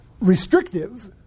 restrictive